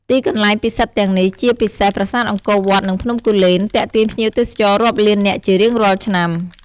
ទីកន្លែងពិសិដ្ឋទាំងនេះ ជាពិសេសប្រាសាទអង្គរវត្ត និងភ្នំគូលែន ទាក់ទាញភ្ញៀវទេសចររាប់លាននាក់ជារៀងរាល់ឆ្នាំ។